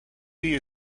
you